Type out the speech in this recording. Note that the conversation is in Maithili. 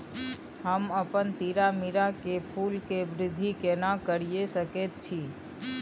हम अपन तीरामीरा के फूल के वृद्धि केना करिये सकेत छी?